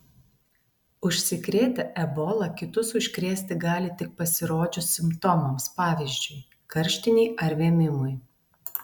užsikrėtę ebola kitus užkrėsti gali tik pasirodžius simptomams pavyzdžiui karštinei ar vėmimui